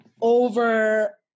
Over